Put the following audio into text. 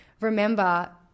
Remember